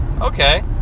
Okay